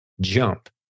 jump